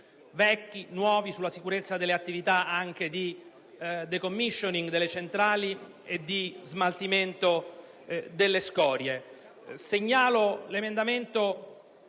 vecchi, nuovi, sulla sicurezza delle attività anche di *decommissioning* delle centrali e di smaltimento delle scorie.